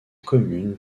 communes